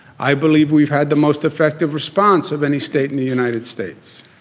i believe we've had the most effective response of any state in the united states.